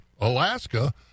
Alaska